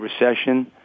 Recession